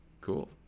Cool